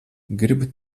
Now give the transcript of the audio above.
gribu